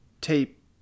tape